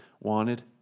wanted